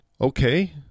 Okay